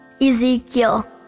Ezekiel